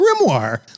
grimoire